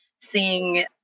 seeing